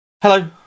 Hello